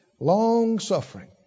Long-suffering